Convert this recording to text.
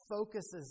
focuses